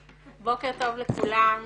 בוקר טוב לכולם.